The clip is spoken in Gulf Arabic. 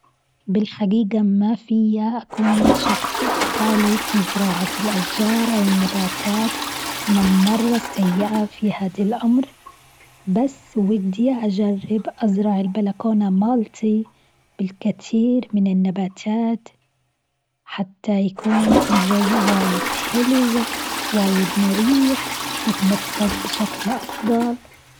بالحقيقة ما فيا أكون شخص مثالي في زراعة الأشجار أو النباتات، أنا مرة سيئة في هذا الأمر، بس ودي أجرب أزرع البلكونة ملتي بالكتير من النباتات، حتى يكون الجو واجد حلو واجد مريح، نتنفس بشكل أفضل.